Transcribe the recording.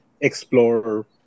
explore